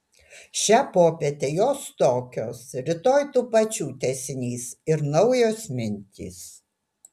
šią popietę jos tokios rytoj tų pačių tęsinys ir naujos mintys